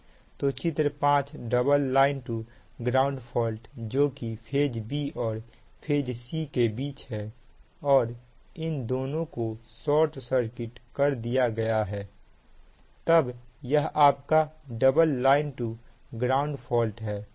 तो चित्र 5 double line to ground fault जोकि फेज b और फेज c के बीच है और इन दोनों को शार्ट सर्किट कर दिया गया है तब यह आपका double line to ground fault है